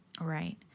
Right